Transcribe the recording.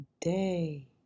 day